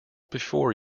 before